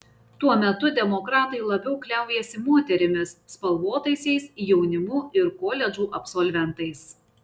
tuo metu demokratai labiau kliaujasi moterimis spalvotaisiais jaunimu ir koledžų absolventais